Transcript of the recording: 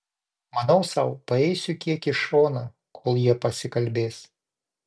manau sau paeisiu kiek į šoną kol jie pasikalbės